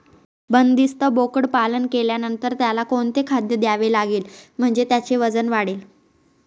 बंदिस्त बोकडपालन केल्यानंतर त्याला कोणते खाद्य द्यावे लागेल म्हणजे त्याचे वजन वाढेल?